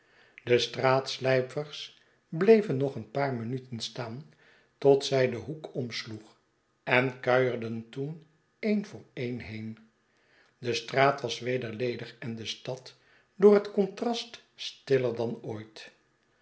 de straatslijpers bleven nog een paar minuten staan tot zij den hoek omsloeg en kuierden toen een voor een heen de straat was weder ledig en de stad door het contrast stiller dan ooit